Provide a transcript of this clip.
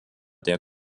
der